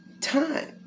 time